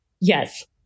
Yes